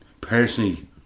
personally